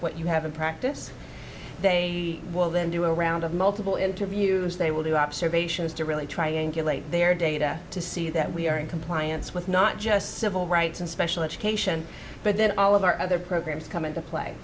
what you have in practice they will then do a round of multiple interviews they will do observations to really try and get their data to see that we are in compliance with not just civil rights and special education but then all of our other programs come into play